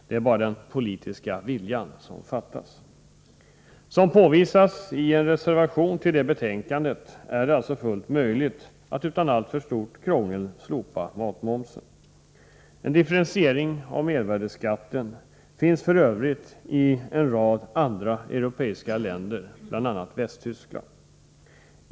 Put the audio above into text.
Det är bara den politiska viljan som fattas. Som påvisas i en reservation till utredningsbetänkandet är det fullt möjligt att utan alltför stort ”krångel” slopa matmomsen. En differentierad mervärdeskatt finns f.ö. i en rad andra europeiska länder, bl.a. Västtyskland.